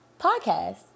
podcast